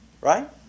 right